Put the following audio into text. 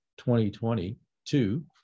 2022